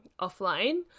offline